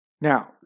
Now